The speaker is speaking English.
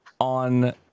on